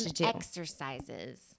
exercises